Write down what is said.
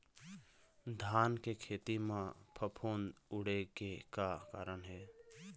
धान के खेती म फफूंद उड़े के का कारण हे?